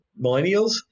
millennials